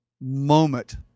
moment